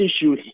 issue